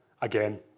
again